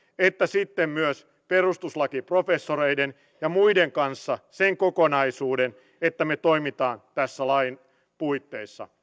että sitten myös perustuslakiprofessoreiden ja muiden kanssa sen kokonaisuuden että me toimimme tässä lain puitteissa